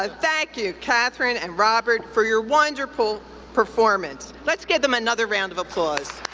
ah thank you, katherine and robert, for your wonderful performance. let's give them another round of applause.